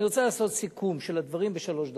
אני רוצה לעשות סיכום של הדברים בשלוש דקות.